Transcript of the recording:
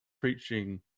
preaching